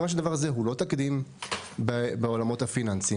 מכיוון שהדבר הזה הוא לא תקדים בעולמות הפיננסיים,